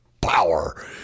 power